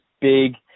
big